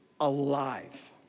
alive